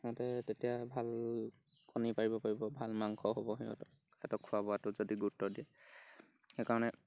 সিহঁতে তেতিয়া ভাল কণী পাৰিব পাৰিব ভাল মাংস হ'ব সিহঁতৰ সিহঁতৰ খোৱা ৱোবাটোত যদি গুৰুত্ব দিয়ে সেইকাৰণে